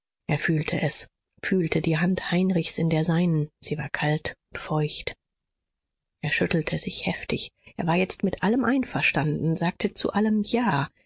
er fühlte es fühlte die hand heinrichs in der seinen sie war kalt und feucht er schüttelte sich heftig er war jetzt mit allem einverstanden sagte zu allem ja